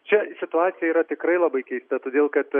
čia situacija yra tikrai labai keista todėl kad